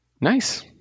Nice